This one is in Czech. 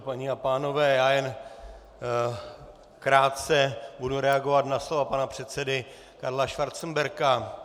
Paní a pánové, já jen krátce budu reagovat na slova pana předsedy Karla Schwarzenberga.